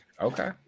Okay